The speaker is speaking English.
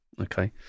okay